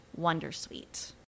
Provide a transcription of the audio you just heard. wondersuite